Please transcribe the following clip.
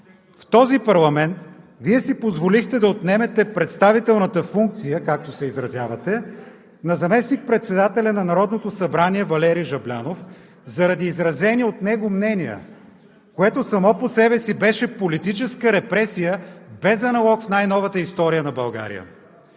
В този парламент Вие си позволихте да отнемете представителната функция, както се изразявате, на заместник-председателя на Народното събрание Валери Жаблянов заради изразени от него мнения, което само по себе си беше политическа репресия без аналог в най-новата история на България.